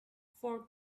four